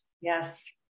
Yes